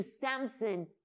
Samson